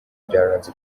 byaranze